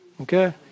Okay